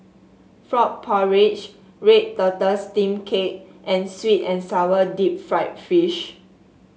Frog Porridge Red Tortoise Steamed Cake and sweet and sour Deep Fried Fish